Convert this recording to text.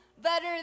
better